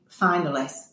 finalists